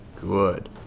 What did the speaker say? good